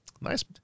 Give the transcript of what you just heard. Nice